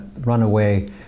runaway